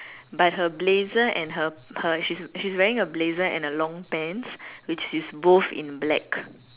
but her blazer and her her she's she's wearing a blazer and a long pants which is both in black